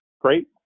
great